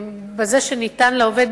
בזה שניתנה לעובד